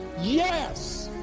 yes